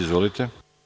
Izvolite.